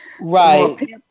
right